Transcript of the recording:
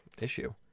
issue